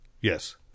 Yes